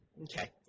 Okay